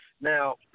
Now